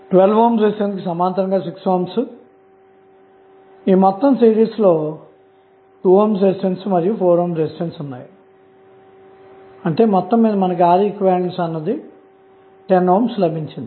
Req12||62410 లభించింది